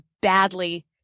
badly